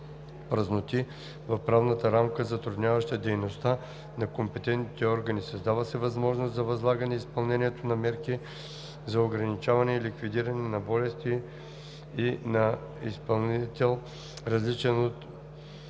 празноти в правната рамка, затрудняваща дейността на компетентните органи, създава се възможност за възлагане изпълнението на мерки за ограничаване и ликвидиране на болести и на изпълнител, различен от